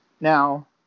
Now